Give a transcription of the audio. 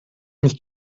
mich